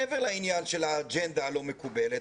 מעבר לעניין של האג'נדה הלוא מקובלת,